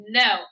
no